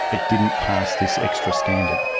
it didn't pass this extra standard.